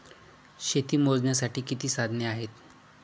शेती मोजण्याची किती साधने आहेत?